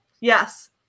Yes